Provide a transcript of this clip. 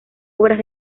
obras